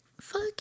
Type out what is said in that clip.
fuck